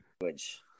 language